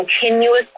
continuous